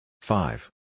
Five